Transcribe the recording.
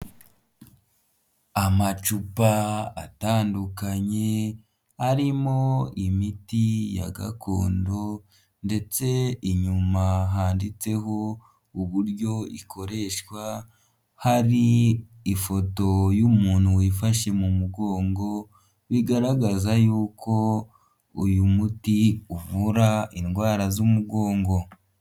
Amacupa atandukanye arimo imiti ya gakondo ndetse inyuma handitseho uburyo ikoreshwa, hari ifoto y'umuntu wifashe mu mugongo bigaragaza y'uko uyu muti uvura indwara z'umugongo.